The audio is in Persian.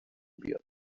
بیاد